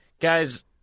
Guys